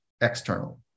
external